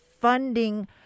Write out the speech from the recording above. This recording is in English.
funding